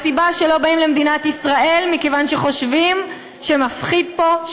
לא באים למדינת ישראל מכיוון שחושבים שמפחיד פה,